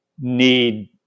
need